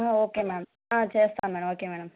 okay ma'am చేస్తాను madam okay madam